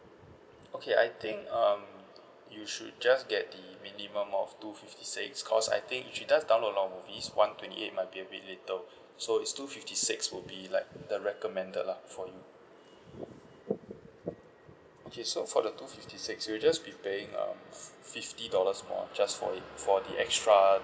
okay I think um you should just get the minimum of two fifty six cause I think if she does download a lot of movie one twenty eight might be a bit little so is two fifty six would be like the recommended lah for you okay so for the two fifty six you'll just be paying um fi~ fifty dollars more just for for the extra